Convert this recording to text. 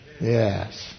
Yes